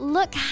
Look